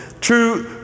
true